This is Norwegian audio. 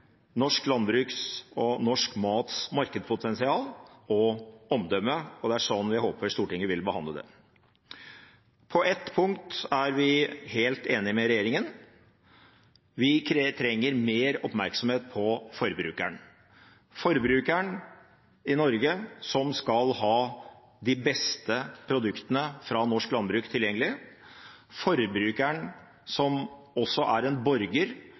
norsk landbruks og norsk mats markedspotensial og omdømme, og det er sånn vi håper Stortinget vil behandle det. På ett punkt er vi helt enig med regjeringen. Vi trenger mer oppmerksomhet på forbrukeren – forbrukeren i Norge som skal ha de beste produktene fra norsk landbruk tilgjengelig, forbrukeren som også er en borger